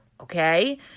Okay